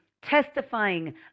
testifying